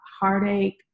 heartache